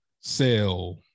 sell